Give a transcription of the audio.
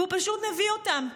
והוא פשוט מביא אותם.